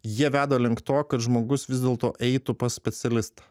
jie veda link to kad žmogus vis dėlto eitų pas specialistą